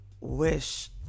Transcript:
wish